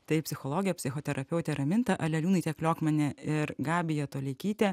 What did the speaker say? tai psichologė psichoterapeutė raminta aleliūnaitė kliokmanė ir gabija toleikytė